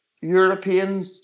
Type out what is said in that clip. European